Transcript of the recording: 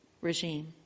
regime